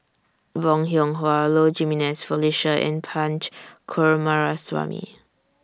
Bong Hiong Hwa Low Jimenez Felicia and Punch Coomaraswamy